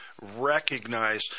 recognize